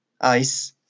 ice